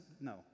no